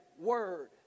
word